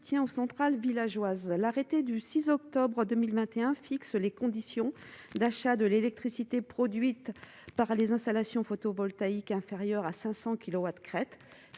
soutien aux centrales villageoise, l'arrêté du 6 octobre 2021 fixe les conditions d'achat de l'électricité produite par les installations photovoltaïques inférieures à 500 kilowatts